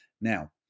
Now